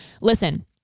listen